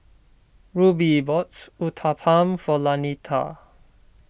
Rubie bought Uthapam for Lanita